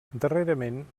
darrerament